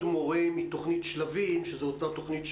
מורה מתוכנית "שלבים" שזו התוכנית שלך,